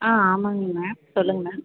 ஆ ஆமாம்ங்க மேம் சொல்லுங்கள் மேம்